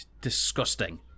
Disgusting